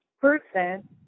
person